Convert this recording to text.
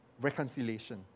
reconciliation